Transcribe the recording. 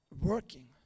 working